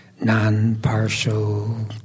Non-partial